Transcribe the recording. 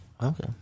Okay